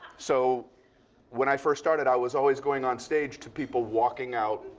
so when i first started, i was always going on stage to people walking out.